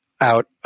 out